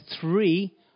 three